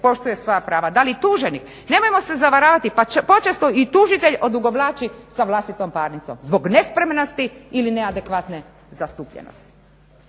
pooštruje svoja prava, da li tuženik? Nemojmo se zavaravati pa počesto i tužitelj odugovlači sa vlastitom parnicom zbog nespremnosti ili neadekvatne zastupljenosti.